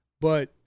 but-